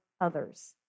others